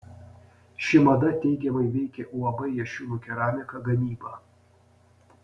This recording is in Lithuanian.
ši mada teigiamai veikia uab jašiūnų keramika gamybą